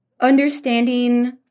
understanding